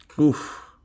Oof